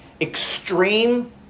extreme